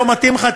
לא מתאים לך,